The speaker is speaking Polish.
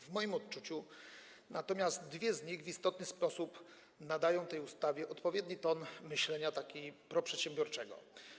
W moim odczuciu dwie z nich w istotny sposób nadają tej ustawie odpowiedni ton myślenia, takiego proprzedsiębiorczego.